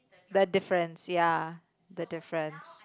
the difference ya the difference